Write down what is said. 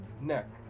neck